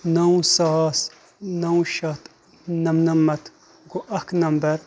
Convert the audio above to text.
نو ساس نو شَتھ نَمنمتھ گوٚو اکھ نَمبر